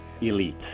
elite